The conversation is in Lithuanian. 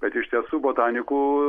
bet iš tiesų botaniku